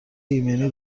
ایمنی